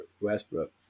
Westbrook